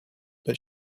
but